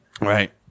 Right